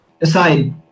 Aside